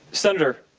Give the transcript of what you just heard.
senator,